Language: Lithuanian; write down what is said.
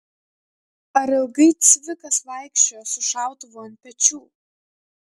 ar ilgai cvikas vaikščiojo su šautuvu ant pečių